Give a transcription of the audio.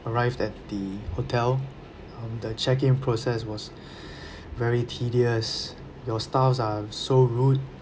arrived at the hotel um the check in process was very tedious your staffs are so rude